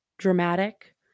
dramatic